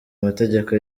mategeko